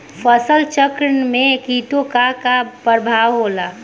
फसल चक्रण में कीटो का का परभाव होला?